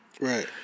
Right